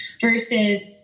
versus